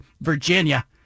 Virginia